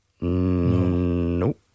Nope